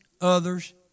others